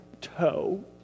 toe